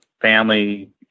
family